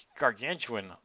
gargantuan